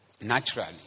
Naturally